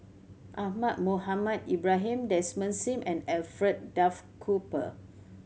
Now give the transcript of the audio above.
Ahmad Mohamed Ibrahim Desmond Sim and Alfred Duff Cooper